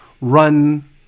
run